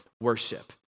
worship